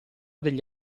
degli